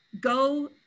go